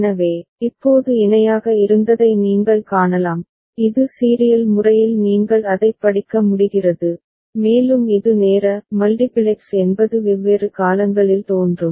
எனவே இப்போது இணையாக இருந்ததை நீங்கள் காணலாம் இது சீரியல் முறையில் நீங்கள் அதைப் படிக்க முடிகிறது மேலும் இது நேர மல்டிபிளெக்ஸ் என்பது வெவ்வேறு காலங்களில் தோன்றும்